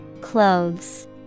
Clothes